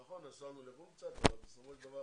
נכון, נסענו לחו"ל קצת ובסופו של דבר